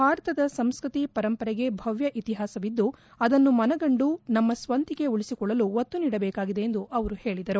ಭಾರತದ ಸಂಸ್ಕೃತಿ ಪರಂಪರೆಗೆ ಭವ್ಯ ಇತಿಹಾಸವಿದ್ದು ಅದನ್ನು ಮನಗಂದು ನಮ್ಮ ಸ್ವಂತಿಕೆ ಉಳಿಸಿಕೊಳ್ಳಲು ಒತ್ತು ನೀಡಬೇಕಾಗಿದೆ ಎಂದು ಅವರು ಹೇಳಿದರು